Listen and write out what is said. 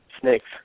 snakes